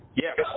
Yes